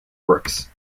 works